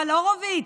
אבל הורוביץ,